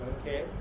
Okay